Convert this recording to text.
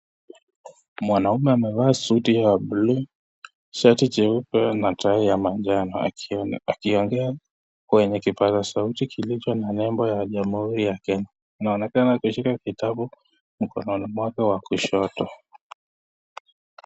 Mwanaume amevaa suti ya blue sati jeupe na tai ya manjano akiwa akiongea kwenye kipaza sauti kilicho na label ya jamhuri ya Kenya. Anaonekana kushika kitabu mkononi mwake wa kushoto.